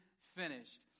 finished